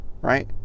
Right